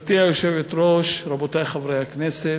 גברתי היושבת-ראש, רבותי חברי הכנסת,